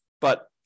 but-